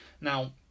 now